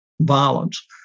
violence